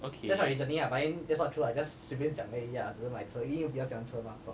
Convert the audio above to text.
okay